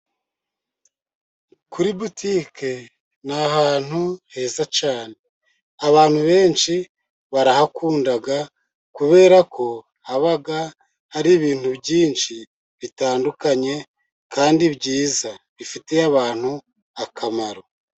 Kuri butike ntahantu heza cyane . Abantu benshi barahakunda kubera ko haba hari ibintu byinshi bitandukanye Kandi byiza bifitiye abantu akamaro .